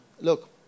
Look